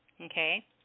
Okay